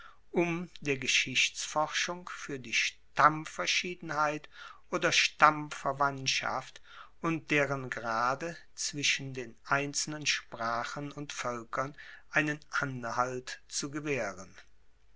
um der geschichtsforschung fuer die stammverschiedenheit oder stammverwandtschaft und deren grade zwischen den einzelnen sprachen und voelkern einen anhalt zu gewaehren